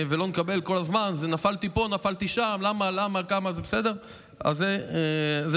ולא לקבל כל הזמן: נפלתי פה, נפלתי שם, למה, כמה.